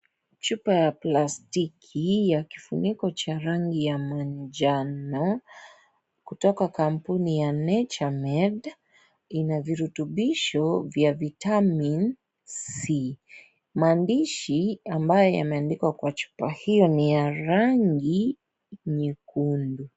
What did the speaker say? Chupa ya plastiki ya kifuniko cha rangi ya manjano kutoka kampuni ya Nature Made ina virutubisho vya vitamin C maandishi ambayo yameandikwa kwa chupa hiyo ni ya rangi nyekundu.